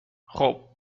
خوب